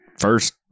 first